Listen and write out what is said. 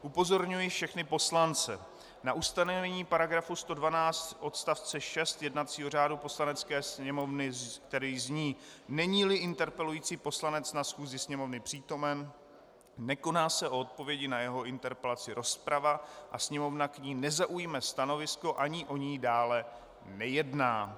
Upozorňuji všechny poslance na ustanovení § 112 odst. 6 jednacího řádu Poslanecké sněmovny, který zní: Neníli interpelující poslanec na schůzi Sněmovny přítomen, nekoná se o odpovědi na jeho interpelaci rozprava a Sněmovna k ní nezaujme stanovisko ani o ní dále nejedná.